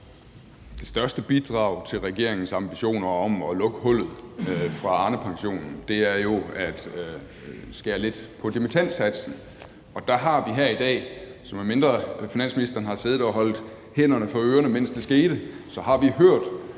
Det største bidrag til regeringens ambitioner om at lukke hullet fra Arnepensionen er jo at skære lidt på dimittendsatsen. Der har vi her i dag hørt – medmindre finansministeren har siddet og holdt hænderne for ørerne, mens det skete – at hr.